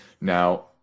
Now